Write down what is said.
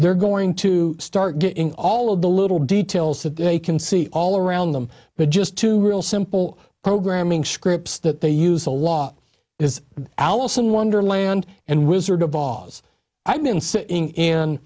they're going to start getting all of the little details that they can see all around them but just to real simple programming scripts that they use a lot is alice in wonderland and wizard of oz i